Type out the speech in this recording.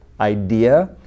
idea